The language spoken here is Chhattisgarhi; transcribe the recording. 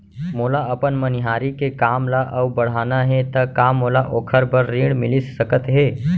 मोला अपन मनिहारी के काम ला अऊ बढ़ाना हे त का मोला ओखर बर ऋण मिलिस सकत हे?